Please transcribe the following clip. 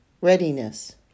readiness